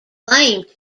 claimed